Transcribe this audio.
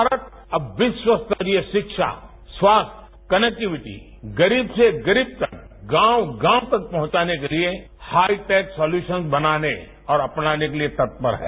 भारत अब विश्वस्तरीय शिक्षा स्वास्थ्य कनेक्टिविटी गरीब से गरीब तक गांव गांव तक पहुंचाने के लिए हाइटेक सोल्यूशन बनाने और बनाने के लिए तत्पर है